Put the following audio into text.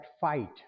fight